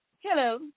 Hello